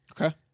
Okay